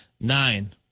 Nine